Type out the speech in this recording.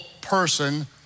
person